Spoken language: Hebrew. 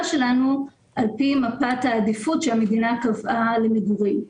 שלנו על פי מפת העדיפות שהמדינה קבעה למגורים.